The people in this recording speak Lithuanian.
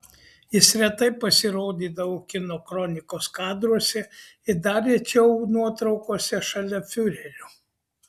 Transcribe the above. jis retai pasirodydavo kino kronikos kadruose ir dar rečiau nuotraukose šalia fiurerio